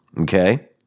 okay